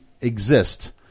exist